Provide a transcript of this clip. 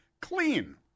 clean